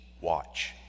watch